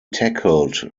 tackled